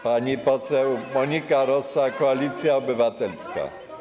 Pani poseł Monika Rosa, Koalicja Obywatelska.